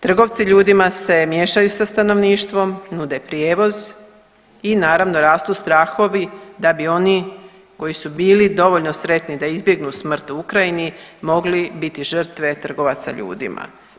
Trgovci ljudima se miješaju sa stanovništvom, nude prijevoz i naravno rastu strahovi da bi oni koji su bili dovoljno sretni da izbjegnu smrt u Ukrajini mogli biti žrtve trgovaca ljudima.